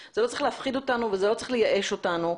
להפחיד אותנו וזה לא צריך לייאש אותנו.